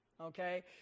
Okay